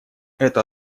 это